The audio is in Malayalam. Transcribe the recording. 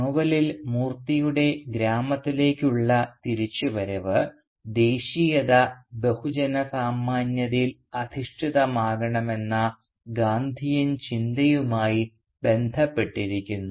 നോവലിൽ മൂർത്തിയുടെ ഗ്രാമത്തിലേക്ക് ഉള്ള തിരിച്ചുവരവ് ദേശീയത ബഹുജനസാമാന്യതയിൽ അധിഷ്ഠിതമാകണമെന്ന ഗാന്ധിയൻ ചിന്തയുമായി ബന്ധപ്പെട്ടിരിക്കുന്നു